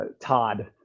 todd